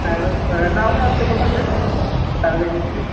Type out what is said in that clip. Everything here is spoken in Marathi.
ट्रॅव्हल नाव काय आपले बोलला सर ट्रॅव्हल एजन्सीत